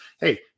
Hey